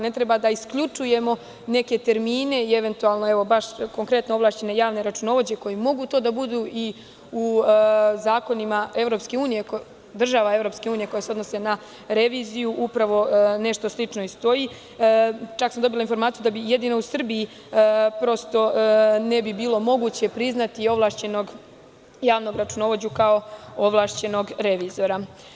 Ne treba da isključujemo neke termine i konkretno, ovlašćene javne računovođe koji mogu to da budu i u državama EU koji se odnose na reviziju nešto slično i stoji, čak sam dobila informaciju da jedino u Srbiji ne bi bilo moguće priznati ovlašćenog javnog računovođu kao ovlašćenog revizora.